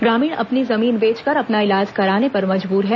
ग्रामीण अपनी जमीन बेचकर अपना इलाज कराने पर मजबूर हैं